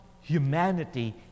humanity